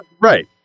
Right